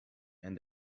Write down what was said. and